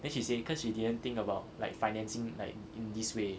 then she say cause she didn't think about like financing like in this way